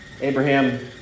Abraham